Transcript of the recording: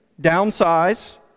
Downsize